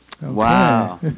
Wow